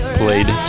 played